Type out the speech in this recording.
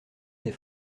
des